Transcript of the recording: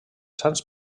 sants